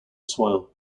soil